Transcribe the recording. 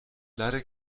leider